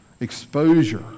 exposure